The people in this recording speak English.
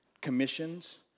commissions